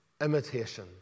Imitation